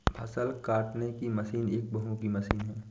फ़सल काटने की मशीन एक बहुमुखी मशीन है